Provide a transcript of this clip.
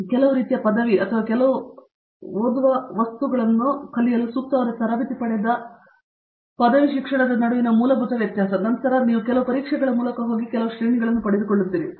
ನೀವು ಕೆಲವು ರೀತಿಯ ಪದವಿ ಅಥವಾ ಕೆಲವು ಓದುವ ವಸ್ತುಗಳನ್ನು ಕಲಿಯಲು ಸೂಕ್ತವಾದ ತರಬೇತಿ ಪಡೆದ ಪದವಿ ಶಿಕ್ಷಣದ ನಡುವಿನ ಮೂಲಭೂತ ವ್ಯತ್ಯಾಸ ಮತ್ತು ನಂತರ ನೀವು ಕೆಲವು ಪರೀಕ್ಷೆಗಳ ಮೂಲಕ ಹೋಗಿ ಕೆಲವು ಶ್ರೇಣಿಗಳನ್ನು ಪಡೆದುಕೊಳ್ಳುತ್ತೀರಿ